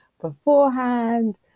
beforehand